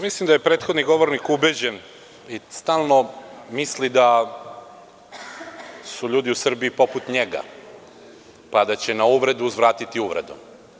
Mislim da je prethodni govornik ubeđen i stalno misli da su ljudi u Srbiji poput njega, pa da će na uvredu uzvratiti uvredom.